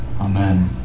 Amen